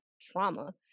trauma